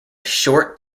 short